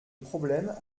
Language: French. problèmes